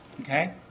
Okay